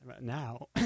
now